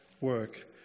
work